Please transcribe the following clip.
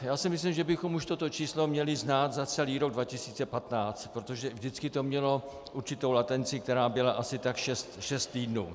Já si myslím, že bychom už toto číslo měli znát za celý rok 2015, protože vždycky to mělo určitou latenci, která byla asi tak šest týdnů.